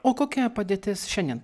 o kokia padėtis šiandien